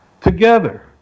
together